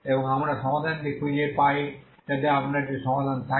এবং আমরা সমাধানটি খুঁজে পাই যাতে আপনার একটি সমাধান থাকে